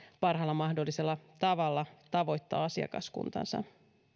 parhaalla mahdollisella tavalla tavoittaa asiakaskuntansa